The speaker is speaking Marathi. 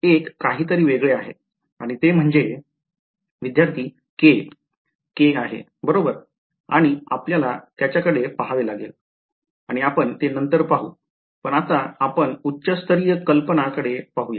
एक काहीतरी वेगळे आहे आणि ते म्हणजे विध्यार्थी k k बरोबर आहे आणि आपल्याला त्याच्याकडे पाहावे लागेल आणि आपण ते नंतर पाहू पण आता आपण उच्चस्तरीय कल्पना कडे पाहूया